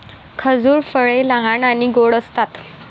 खजूर फळे लहान आणि गोड असतात